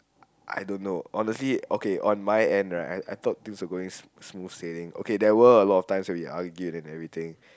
I don't know honestly okay on my end right I thought things were going smooth sailing okay there were a lot of times that we argue and everything